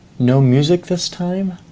no music this time?